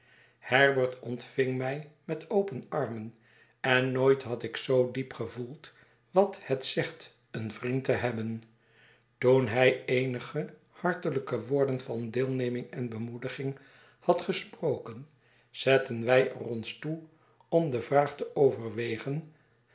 herbert ontving mij met open armen en nooit had ik zoo diep gevoeld wat het zegt een vriend te hebben toen hij eenige hartelijke woorden van deelneming en bemoediging had gesproken zetten wij er ons toe om de vraag te overwegen